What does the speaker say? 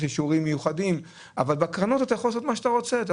אישורים מיוחדים אבל בקרנות אתה יכול לעשות מה שאתה רוצה ,